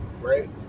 right